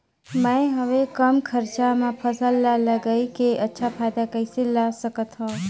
मैं हवे कम खरचा मा फसल ला लगई के अच्छा फायदा कइसे ला सकथव?